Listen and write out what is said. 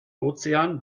ozean